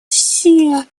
все